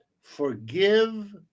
forgive